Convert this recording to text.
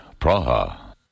Praha